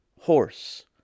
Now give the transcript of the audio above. horse